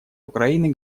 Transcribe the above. украины